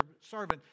servant